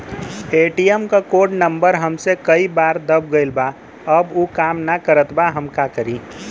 ATM क code number हमसे कई बार दब गईल बा अब उ काम ना करत बा हम का करी?